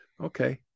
Okay